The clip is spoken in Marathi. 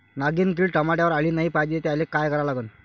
नागिन किड टमाट्यावर आली नाही पाहिजे त्याले काय करा लागन?